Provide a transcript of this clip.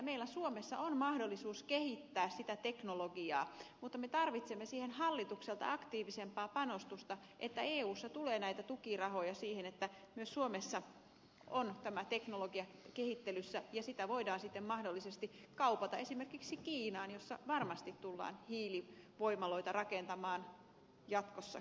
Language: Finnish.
meillä suomessa on mahdollisuus kehittää sitä teknologiaa mutta me tarvitsemme siihen hallitukselta aktiivisempaa panostusta että eussa tulee näitä tukirahoja siihen että myös suomessa on tämä teknologia kehittelyssä ja sitä voidaan sitten mahdollisesti kaupata esimerkiksi kiinaan missä varmasti tullaan hiilivoimaloita rakentamaan jatkossakin